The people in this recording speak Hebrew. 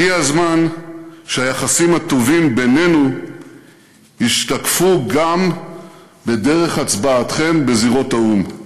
הגיע הזמן שהיחסים הטובים בינינו ישתקפו גם בדרך הצבעתכם בזירות האו"ם.